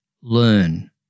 learn